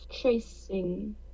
tracing